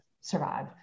survive